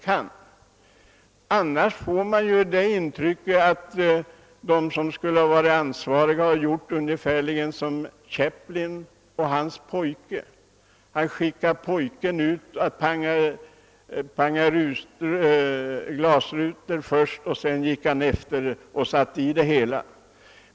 Man kan emellertid få det intrycket att de ansvariga gjort ungefär som Chaplin, som i en film lät skicka ut en pojke för att krossa glasrutor och sedan tjänade pengar på att sätta in nya.